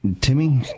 Timmy